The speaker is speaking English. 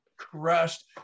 Crushed